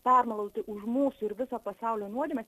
permaldauti už mūsų ir viso pasaulio nuodėmes